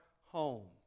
home